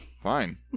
Fine